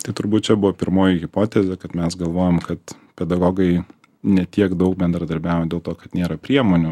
tai turbūt čia buvo pirmoji hipotezė kad mes galvojom kad pedagogai ne tiek daug bendradarbiauja dėl to kad nėra priemonių